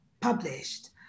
published